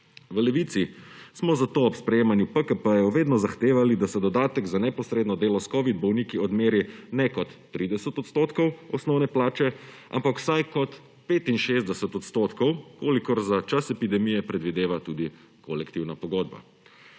V Levici smo zato ob sprejemanju PKP vedno zahtevali, da se dodatek za neposredno delo s covid bolniki odmeri ne kot 30 odstotkov osnovne plače, ampak vsaj kot 65 odstotkov, kolikor za čas epidemije predvideva tudi kolektivna pogodba.